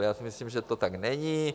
Já si myslím, že to tak není.